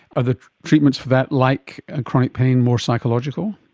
are the treatments for that like ah chronic pain, more psychological?